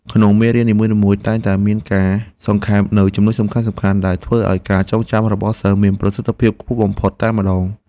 មេរៀននីមួយៗតែងតែមានការសង្ខេបនូវចំណុចសំខាន់ៗដែលធ្វើឱ្យការចងចាំរបស់សិស្សមានប្រសិទ្ធភាពខ្ពស់បំផុតតែម្តង។